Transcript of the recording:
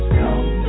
come